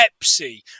Pepsi